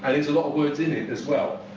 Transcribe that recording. and there's a lot of words in it as well.